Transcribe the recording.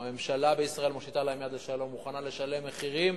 הממשלה בישראל מושיטה להם יד לשלום ומוכנה לשלם מחירים